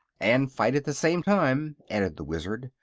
and fight at the same time, added the wizard.